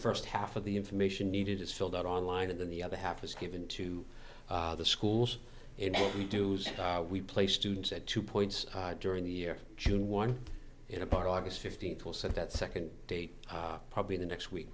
first half of the information needed is filled out online and then the other half is given to the schools and what we do is we play students at two points during the year june one in a part august fifteenth will set that second date probably the next week